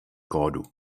kódu